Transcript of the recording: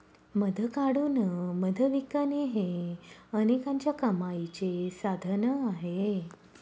मध काढून मध विकणे हे अनेकांच्या कमाईचे साधन आहे